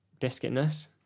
biscuitness